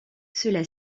cela